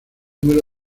número